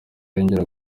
yongera